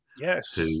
Yes